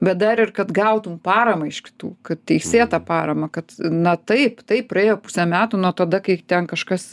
bet dar ir kad gautum paramą iš kitų kad teisėtą paramą kad na taip taip praėjo pusė metų nuo tada kai ten kažkas